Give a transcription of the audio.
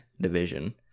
division